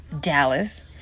Dallas